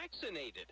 vaccinated